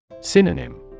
Synonym